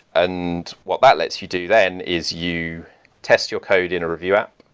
and what that lets you do then is you test your code in a review app.